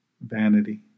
Vanity